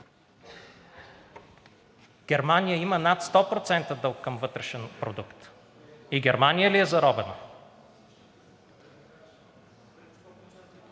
Германия има над 100% дълг към брутния вътрешен продукт. И Германия ли е заробена?!